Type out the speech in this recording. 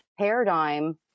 paradigm